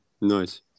Nice